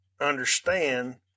understand